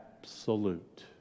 absolute